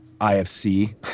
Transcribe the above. IFC